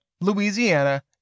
Louisiana